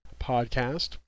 podcast